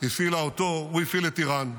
הפעילה אותו, הוא הפעיל את איראן.